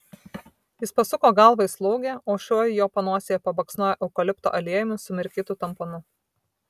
jis pasuko galvą į slaugę o šioji jo panosėje pabaksnojo eukalipto aliejumi sumirkytu tamponu